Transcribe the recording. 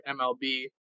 MLB